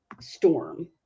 storm